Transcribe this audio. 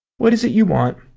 what is it you want?